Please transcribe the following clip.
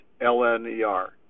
LNER